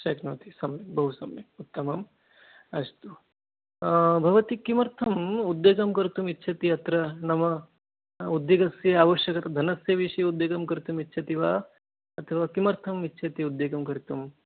शक्नोति सम्यक् बहु सम्यक् उत्तमं अस्तु भवती किमर्थम् उद्योगं कर्तुमिच्छति अत्र न वा उद्योगस्य आवश्यकता धनस्य विषये उद्योगं कर्तुमिच्छति वा अथवा किमर्थमिच्छति उद्योगं कर्तुम्